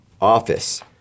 office